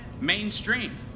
mainstream